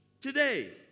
today